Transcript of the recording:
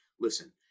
listen